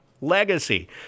legacy